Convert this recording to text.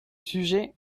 sujet